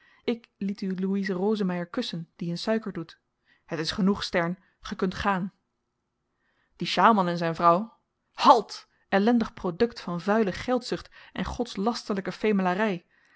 ik liet u louise rosemeyer kussen die in suiker doet het is genoeg stern ge kunt gaan die sjaalman en zyn vrouw halt ellendig produkt van vuile geldzucht en godslasterlyke